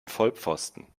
vollpfosten